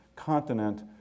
continent